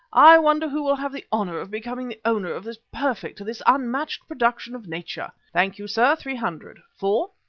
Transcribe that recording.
i wonder who will have the honour of becoming the owner of this perfect, this unmatched production of nature. thank you, sir three hundred. four.